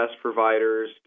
providers